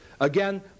Again